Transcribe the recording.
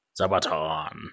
Sabaton